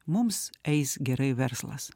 mums eis gerai verslas